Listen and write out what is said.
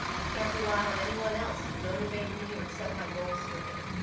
i can't rely on anyone else to motivate me or set my goals for me.